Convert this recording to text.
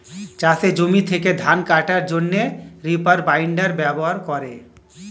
চাষের জমি থেকে ধান কাটার জন্যে রিপার বাইন্ডার ব্যবহার করে